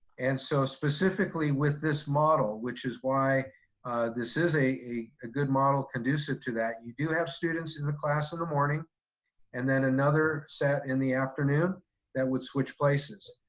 and so specifically with this model, which is why this is a a ah good model conducive to that, you do have students in the class in the morning and then another set in the afternoon that would switch places.